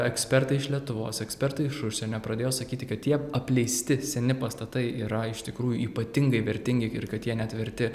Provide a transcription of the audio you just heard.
ekspertai iš lietuvos ekspertai iš užsienio pradėjo sakyti kad tie apleisti seni pastatai yra iš tikrųjų ypatingai vertingi ir kad jie net verti